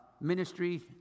ministry